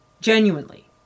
genuinely